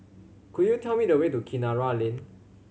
could you tell me the way to Kinara Lane